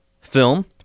film